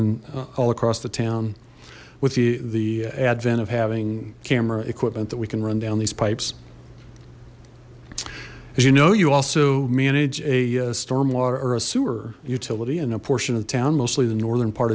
and all across the town with the the advent of having camera equipment that we can run down these pipes as you know you also manage a storm water or a sewer utility and a portion of town mostly the northern part